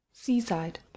Seaside